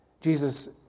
Jesus